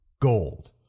gold